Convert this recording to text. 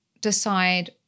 decide